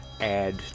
add